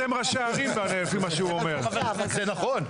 זה נכון.